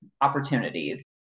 opportunities